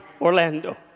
Orlando